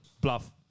Bluff